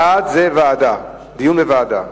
בעד זה דיון בוועדה.